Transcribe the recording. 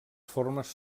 formes